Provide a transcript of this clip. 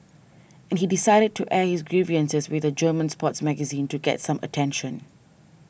and he decided to air his grievances with a German sports magazine to get some attention